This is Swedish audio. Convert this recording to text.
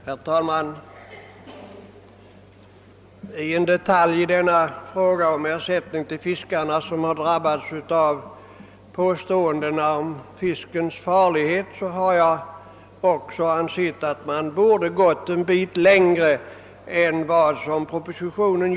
Herr talman! Det är en detalj jag vill ta upp i denna fråga om ersättning till fiskare som har drabbats på grund av uppgifterna om fiskens farlighet till följd av kvicksilverförekomsten. Därvidlag har även jag ansett att man borde ha gått ett steg längre än som föreslås i propositionen.